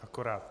Akorát.